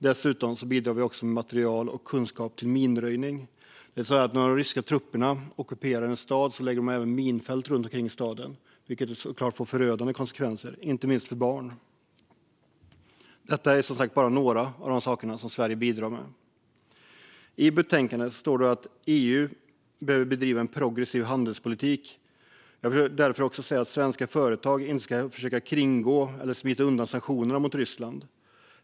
Dessutom bidrar vi med kunskap om och material för minröjning. När de ryska trupperna ockuperar en stad lägger de ett minfält runt staden. Det får såklart förödande konsekvenser, inte minst för barn. Detta är som sagt bara några av de saker som Sverige bidrar med. I betänkandet står det att EU behöver bedriva en progressiv handelspolitik. Jag vill därför säga att svenska företag inte ska försöka att kringgå eller smita undan sanktionerna mot Ryssland.